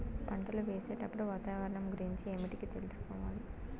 పంటలు వేసేటప్పుడు వాతావరణం గురించి ఏమిటికి తెలుసుకోవాలి?